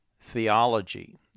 theology